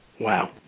Wow